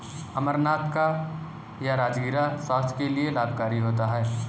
अमरनाथ या राजगिरा स्वास्थ्य के लिए लाभकारी होता है